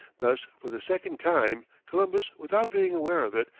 thus, for the second time columbus, without being aware of it,